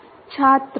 छात्र